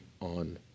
on